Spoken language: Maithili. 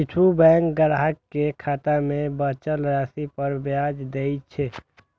किछु बैंक ग्राहक कें खाता मे बचल राशि पर ब्याज दै छै